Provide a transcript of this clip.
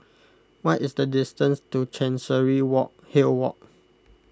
what is the distance to Chancery walk Hill Walk